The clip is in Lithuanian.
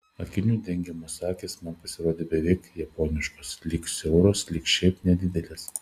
akinių dengiamos akys man pasirodė beveik japoniškos lyg siauros lyg šiaip nedidelės